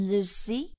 Lucy